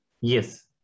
Yes